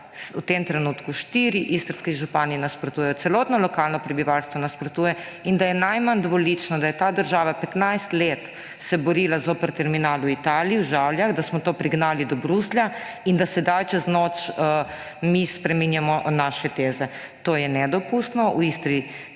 v tem trenutku štirje istrski župani nasprotujejo, celotno lokalno prebivalstvo nasprotuje in da je najmanj dvolično, da se je ta država 15 let borila zoper terminal v Italiji, v Žavljah, da smo to prignali do Bruslja in da sedaj čez noč mi spreminjamo naše teze. To je nedopustno. V Istri